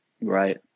Right